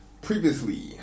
Previously